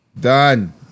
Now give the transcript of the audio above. Done